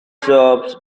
shops